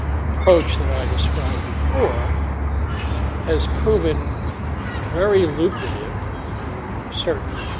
approach that i described before has proven very lucrative to certain